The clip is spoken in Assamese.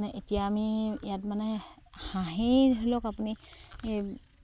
মানে এতিয়া আমি ইয়াত মানে হাঁহেই ধৰি লওক আপুনি